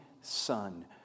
son